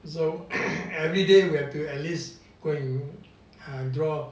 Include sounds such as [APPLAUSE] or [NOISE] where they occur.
so [COUGHS] everyday we have to at least go and err draw